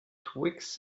twigs